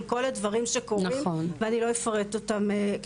כל הדברים שקורים ואני לא אפרט אותם,